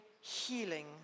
healing